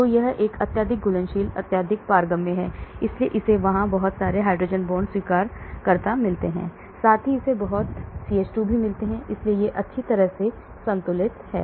तो यह एक अत्यधिक घुलनशील अत्यधिक पारगम्य है इसलिए इसे वहां बहुत सारे हाइड्रोजन बॉन्ड स्वीकर्ता मिलते हैं साथ ही इसे बहुत CH2 भी मिलता है इसलिए यह अच्छी तरह से संतुलित है